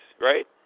right